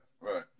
Right